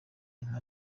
nka